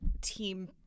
team